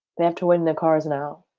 they have to wait in their cars now.